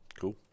Cool